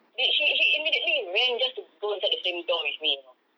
did he he immediately ran just to go inside the same door with me you know